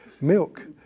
milk